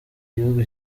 gihugu